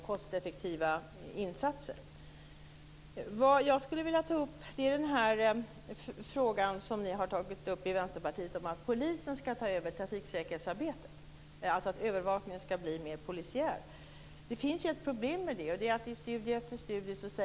Kollektivtrafiken är klart överlägsen ur säkerhets och miljösynpunkt.